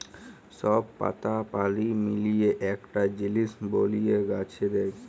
সব পাতা পালি মিলিয়ে একটা জিলিস বলিয়ে গাছে দেয়